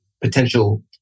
potential